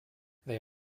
they